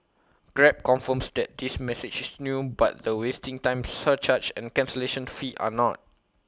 grab confirms that this message is new but the wasting time surcharge and cancellation fee are not